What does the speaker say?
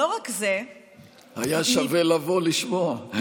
היה שווה לבוא לשמוע.